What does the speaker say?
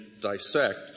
dissect